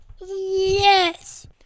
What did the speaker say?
yes